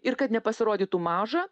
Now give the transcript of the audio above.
ir kad nepasirodytų maža